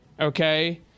Okay